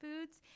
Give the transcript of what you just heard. foods